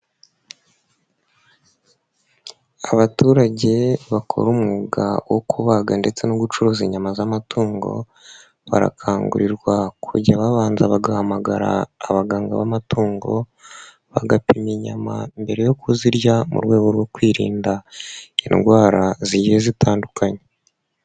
Abaturage bakora umwuga wo kubaga ndetse no gucuruza inyama z'amatungo, barakangurirwa kujya babanza bagahamagara abaganga b'amatungo bagapima inyama mbere yo kuzirya mu rwego rwo kwirinda indwara zigiye zitandukanye.